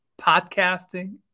podcasting